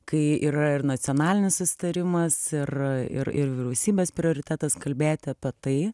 kai yra ir nacionalinis susitarimas ir ir ir vyriausybės prioritetas kalbėti apie tai